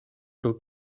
pro